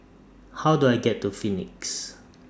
How Do I get to Phoenix